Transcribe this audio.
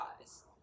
eyes